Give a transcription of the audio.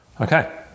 Okay